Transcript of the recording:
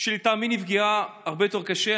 שלטעמי נפגעה הרבה יותר קשה.